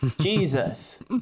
Jesus